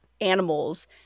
animals